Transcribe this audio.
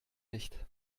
nicht